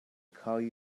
carry